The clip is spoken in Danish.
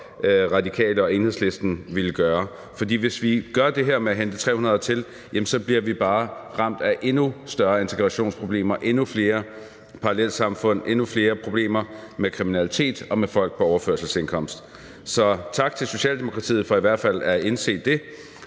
Radikale og Enhedslisten ville gøre, for hvis vi gør det her med at hente 300 hertil, så bliver vi bare ramt af endnu større integrationsproblemer, endnu flere parallelsamfund, endnu flere problemer med kriminalitet og med folk på overførselsindkomst. Så tak til Socialdemokratiet for i hvert fald at have indset det,